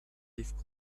leaf